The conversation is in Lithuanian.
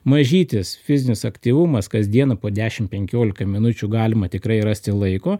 mažytis fizinis aktyvumas kasdieną po dešimt penkiolikai minučių galima tikrai rasti laiko